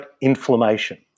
inflammation